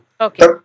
okay